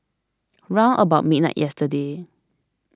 round about midnight yesterday